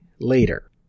later